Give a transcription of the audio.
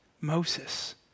Moses